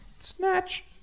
Snatch